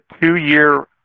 two-year